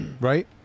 Right